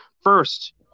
First